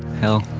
hell.